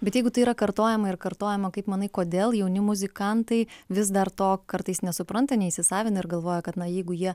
bet jeigu tai yra kartojama ir kartojama kaip manai kodėl jauni muzikantai vis dar to kartais nesupranta neįsisavina ir galvoja kad na jeigu jie